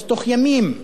אז בתוך ימים בסוריה.